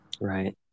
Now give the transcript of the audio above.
right